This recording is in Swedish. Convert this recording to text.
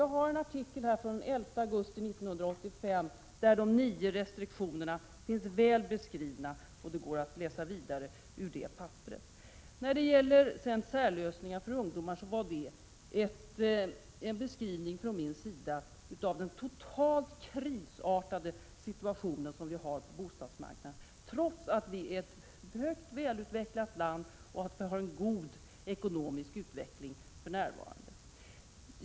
Jag har en artikel från den 11 augusti 1985 där de nio restriktionerna finns väl beskrivna. Det går att läsa vidare ur det papperet. Särlösningar för ungdomar var en beskrivning från min sida av den totalt krisartade situation som vi har på bostadsmarknaden, trots att vi är ett högt utvecklat land med för närvarande god ekonomisk utveckling.